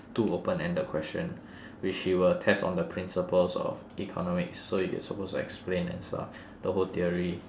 two open ended question which he will test on the principles of economics so you're supposed to explain and stuff the whole theory